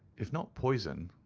if not poison,